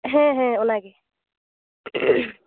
ᱦᱮᱸ ᱦᱮᱸ ᱚᱱᱟ ᱜᱮ